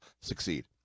succeed